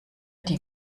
die